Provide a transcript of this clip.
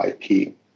IP